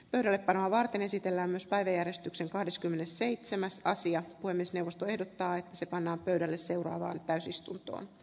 pöydällepanoa varten esitellään myös päiväjärjestyksen kahdeskymmenesseitsemäs sija puhemiesneuvosto ehdottaa se pannaan pöydälle seuraavaan täysistuntoa